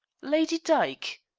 lady dyke?